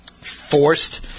forced